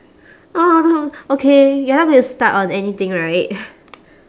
okay you're not gonna start on anything right